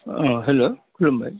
अ हेल्ल' खुलुमबाय